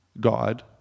God